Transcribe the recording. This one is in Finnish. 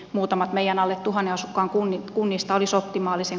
muutamat meijän alle tuhannen asukkaan kun nyt kunnista olis optimaalisen